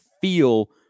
feel